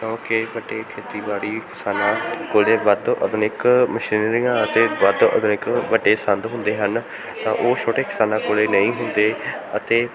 ਕਿਉਂਕਿ ਵੱਡੇ ਖੇਤੀਬਾੜੀ ਕਿਸਾਨਾਂ ਕੋਲ ਵੱਧ ਆਧੁਨਿਕ ਮਸ਼ੀਨਰੀਆਂ ਅਤੇ ਵੱਧ ਆਧੁਨਿਕ ਵੱਡੇ ਸੰਦ ਹੁੰਦੇ ਹਨ ਤਾਂ ਉਹ ਛੋਟੇ ਕਿਸਾਨਾਂ ਕੋਲ ਨਹੀਂ ਹੁੰਦੇ ਅਤੇ